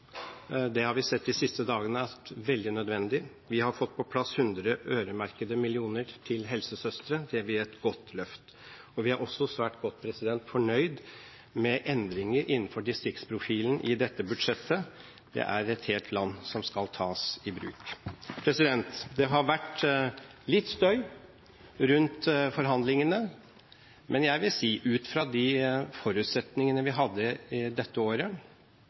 Det har vi sett de siste dagene er veldig nødvendig. Vi har fått på plass 100 øremerkede millioner til helsesøstre. Det vil gi et godt løft. Vi er også svært godt fornøyd med endringer innenfor distriktsprofilen i dette budsjettet. Det er et helt land som skal tas i bruk. Det har vært litt støy rundt forhandlingene, men jeg vil si at ut fra de forutsetningene vi hadde dette året,